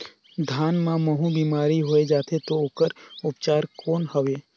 धान मां महू बीमारी होय जाथे तो ओकर उपचार कौन हवे?